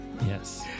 Yes